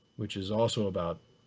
which is also about